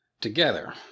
together